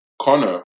Connor